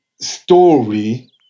story